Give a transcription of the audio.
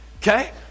Okay